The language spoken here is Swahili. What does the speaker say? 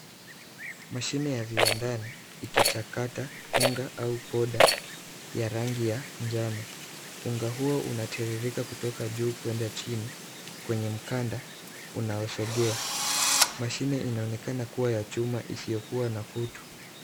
Mashine ya viwandani ikichakata unga au ponda ya rangi ya njano. Unga huo unatiririka kutoka juu kwenda chini kwenye mkanda unaosongea. Mashine inaonekana kuwa ya chuma isiyokuwa na kutu.